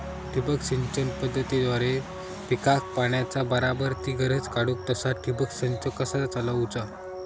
ठिबक सिंचन पद्धतीद्वारे पिकाक पाण्याचा बराबर ती गरज काडूक तसा ठिबक संच कसा चालवुचा?